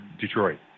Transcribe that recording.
Detroit